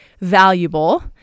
valuable